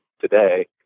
today